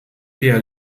der